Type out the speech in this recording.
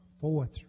fourth